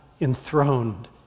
enthroned